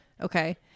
Okay